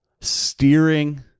steering